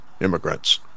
immigrants